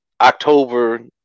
October